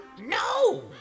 No